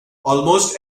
almost